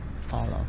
follow